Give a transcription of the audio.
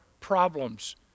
problems